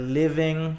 living